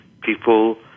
people